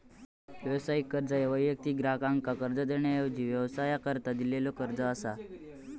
व्यावसायिक कर्ज ह्या वैयक्तिक ग्राहकाक कर्ज देण्याऐवजी व्यवसायाकरता दिलेलो कर्ज असा